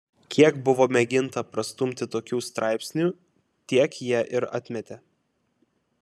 kiek buvo mėginta prastumti tokių straipsnių tiek jie ir atmetė